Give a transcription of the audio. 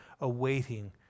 awaiting